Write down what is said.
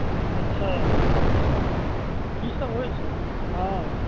अच्छा की सब होइ छै हँ